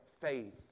Faith